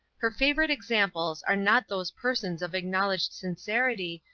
her favorite examples are not those persons of acknowledged sincerity,